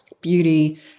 beauty